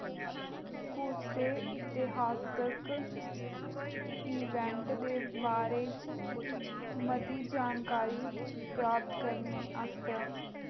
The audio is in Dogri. कुसे इतिहासक इवैंट दे बारे च मती जानकारी प्राप्त करने आस्तै